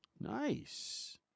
nice